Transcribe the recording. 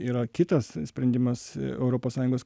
yra kitas sprendimas europos sąjungos